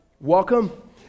welcome